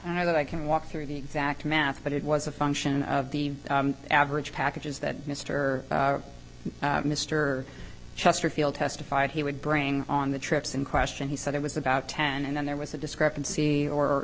i know that i can walk through the exact math but it was a function of the average packages that mister mr chesterfield testified he would bring on the trips in question he said it was about ten and then there was a discrepancy or